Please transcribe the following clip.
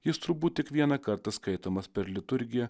jis turbūt tik vieną kartą skaitomas per liturgiją